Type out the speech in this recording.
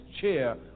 chair